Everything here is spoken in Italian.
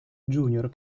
junior